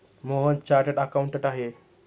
Mohan chartered accountant आहेत